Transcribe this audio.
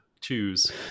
choose